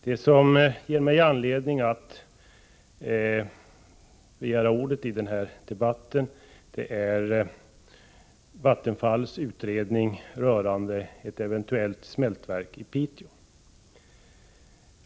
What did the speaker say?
Det som emellertid ger mig anledning att begära ordet i denna debatt är Vattenfalls utredning beträffande ett eventuellt smältverk i Piteå.